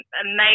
amazing